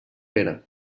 pere